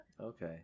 okay